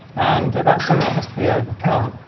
and that's something that has to be overcome.